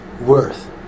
worth